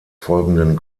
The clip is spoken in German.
folgenden